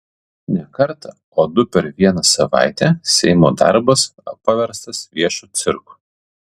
ne kartą o du per vieną savaitę seimo darbas paverstas viešu cirku